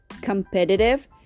competitive